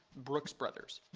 brooks brothers.